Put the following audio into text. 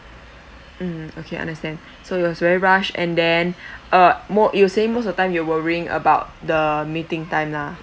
mm okay understand so it was very rush and then uh more you'll say most of time you're worrying about the meeting time lah